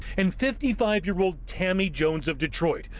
and fifty five year old tammy jones of detroit,